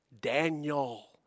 Daniel